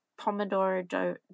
pomodoro